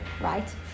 right